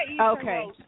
Okay